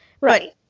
right